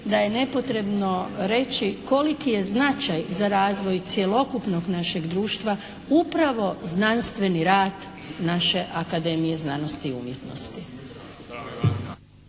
da je nepotrebno reći koliki je značaj za razvoj cjelokupnog našeg društva upravo znanstveni rad naše Akademije znanosti i umjetnosti.